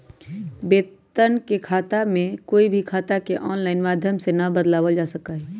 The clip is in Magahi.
वेतन खाता में कोई भी खाता के आनलाइन माधम से ना बदलावल जा सका हई